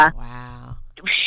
wow